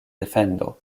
defendo